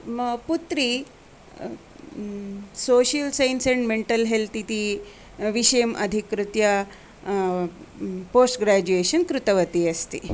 मम पुत्री social science and mental health इति विषयम् अधिकृत्य पोस्ट् ग्राजुयेषन् कृतवती अस्ति